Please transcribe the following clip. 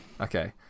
Okay